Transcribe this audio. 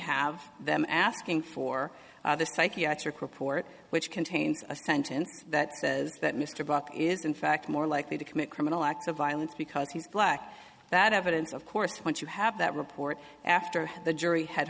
have them asking for the psychiatric report which contains a sentence that says that mr brock is in fact more likely to commit criminal acts of violence because he's black that evidence of course once you have that report after the jury had